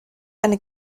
eine